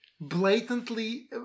blatantly